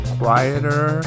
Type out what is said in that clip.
quieter